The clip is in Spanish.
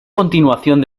continuación